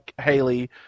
Haley